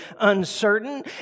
uncertain